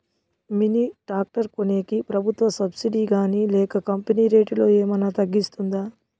Mini tractor కొనేకి ప్రభుత్వ subsidy గాని లేక కంపెని రేటులో ఏమన్నా తగ్గిస్తుందా?